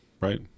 right